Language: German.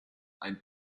ein